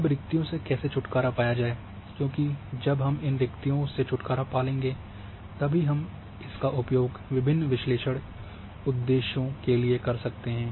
अब रिक्कतियों से कैसे छुटकारा पाया जाए क्योंकि जब हम इन रिक्कतियों से छुटकारा पा लेंगे तभी हम इसका उपयोग विभिन्न विश्लेषण उद्देश्यों के लिए कर सकते हैं